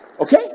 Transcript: okay